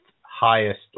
highest